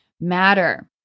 matter